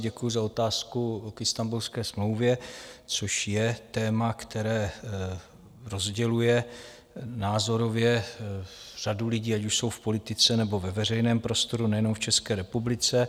Děkuji za otázku k Istanbulské smlouvě, což je téma, které rozděluje názorově řadu lidí, ať už jsou v politice, nebo ve veřejném prostoru, nejenom v České republice.